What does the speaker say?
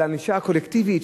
על הענישה הקולקטיבית,